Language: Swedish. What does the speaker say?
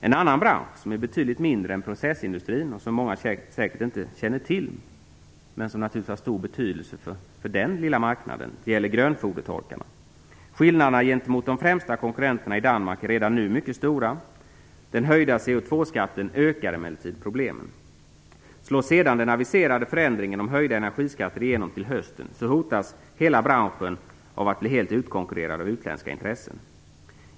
En annan bransch, som är betydligt mindre än processindustrin och som många säkert inte känner till men som naturligtvis har stor betydelse för den lilla marknaden, gäller grönfodertorkarna. Skillnaderna gentemot de främsta konkurrenterna i Danmark är redan nu mycket stora. Den höjda CO2-skatten ökar emellertid problemen. Slår sedan den aviserade förändringen om höjda energiskatter igenom till hösten hotas hela branschen av att bli helt utkonkurrerad av utländska intressen.